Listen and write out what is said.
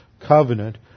covenant